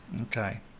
Okay